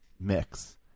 mix